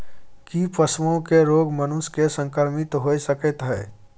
की पशुओं के रोग मनुष्य के संक्रमित होय सकते है?